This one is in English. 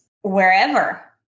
wherever